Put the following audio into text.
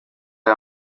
aya